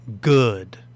good